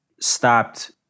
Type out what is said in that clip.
stopped